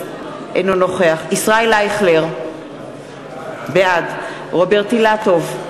אינו נוכח ישראל אייכלר, בעד רוברט אילטוב,